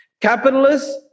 Capitalists